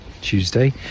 Tuesday